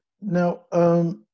Now